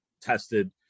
tested